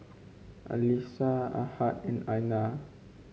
Alyssa Ahad and Aina